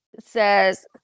says